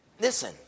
Listen